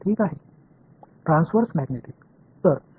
எனவேஅங்கே transverse magnetic polarisations உள்ளது